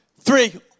three